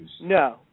no